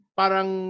parang